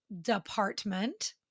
department